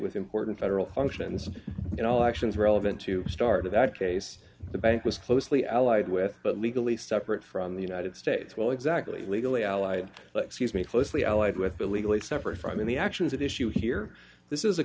with important federal functions and all actions relevant to start of that case the bank was closely allied with but legally separate from the united states well exactly legally allied excuse me closely allied with illegally separate from the actions at issue here this is a